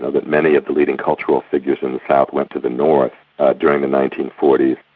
that many of the leading cultural figures in the south went to the north during the nineteen forty